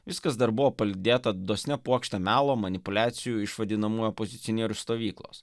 viskas dar buvo palydėta dosnia puokšte melo manipuliacijų iš vadinamųjų opozicionierių stovyklos